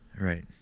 Right